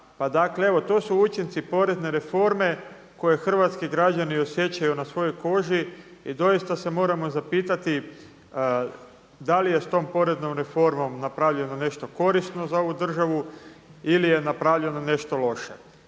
to su učinci porezne reforme koje hrvatski građani osjećaju na svojoj koži. I doista se moramo zapitati da li je s tom poreznom reformom napravljeno nešto korisno za ovu državu ili je napravljeno nešto loše.